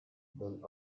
den